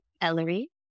Ellery